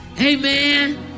Amen